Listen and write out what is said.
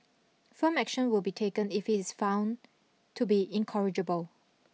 firm action will be taken if he is found to be incorrigible